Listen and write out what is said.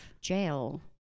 jail